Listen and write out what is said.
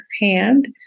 hand